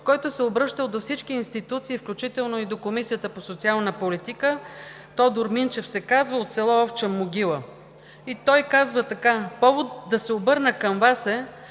който се е обръщал до всички институции, включително и до Комисията по социална политика, Тодор Минчев се казва от село Овча могила. Той казва така: „Повод да се обърна към Вас е